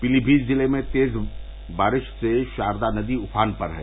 पीलीभीत जिले में तेज बारिष से षारदा नदी उफान पर है